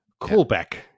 callback